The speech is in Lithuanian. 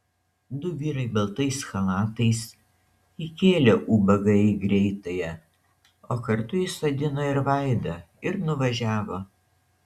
du vyrai baltais chalatais įkėlė ubagą į greitąją o kartu įsodino ir vaidą ir nuvažiavo